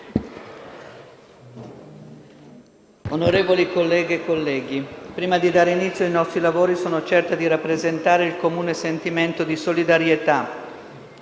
Onorevoli colleghe e colleghi, prima di dare inizio ai nostri lavori sono certa di rappresentare il comune sentimento di solidarietà